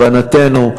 הבנתנו.